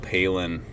Palin